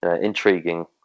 intriguing